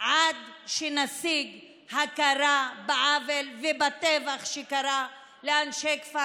עד שנשיג הכרה בעוול ובטבח שקרה לאנשי כפר